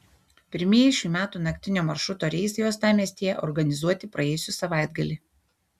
pirmieji šių metų naktinio maršruto reisai uostamiestyje organizuoti praėjusį savaitgalį